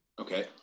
Okay